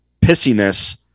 pissiness